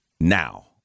now